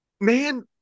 man